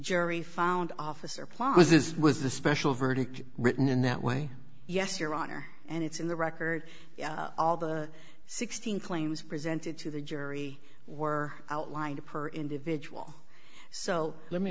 jury found officer plazas was the special verdict written in that way yes your honor and it's in the record all the sixteen claims presented to the jury were outlined per individual so let me